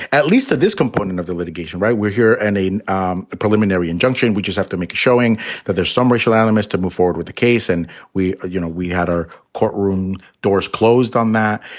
at least that this component of the litigation. right. we're here and in um the preliminary injunction, we just have to make showing that there's some racial animus to move forward with the case. and we you know, we had our courtroom doors closed on that.